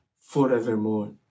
forevermore